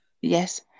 Yes